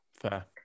Fair